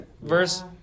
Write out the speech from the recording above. verse